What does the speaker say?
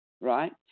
right